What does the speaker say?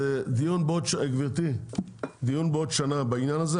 דיון בעוד שנה בעניין הזה,